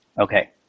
Okay